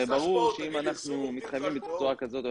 הרי ברור שאם אנחנו מתחייבים בצורה כזאת או